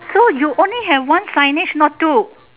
so you only have one signage not two